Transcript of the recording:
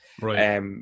Right